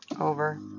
over